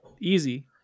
easy